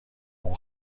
اون